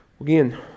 Again